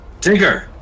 Tinker